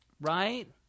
right